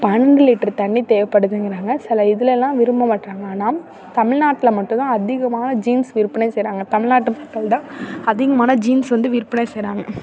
பன்னெரெண்டு லிட்ரு தண்ணி தேவைப்படுதுங்குறாங்க சில இதுலெலாம் விரும்ப மாட்றாங்க ஆனால் தமில்நாட்டில் மட்டும்தான் அதிகமான ஜீன்ஸ் விற்பனை செய்கிறாங்க தமிழ்நாட்டு மக்கள்தான் அதிகமான ஜீன்ஸ் வந்து விற்பனை செய்கிறாங்க